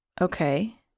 Okay